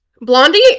Blondie